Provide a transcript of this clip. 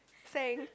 thanks